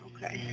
Okay